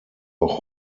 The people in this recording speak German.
auch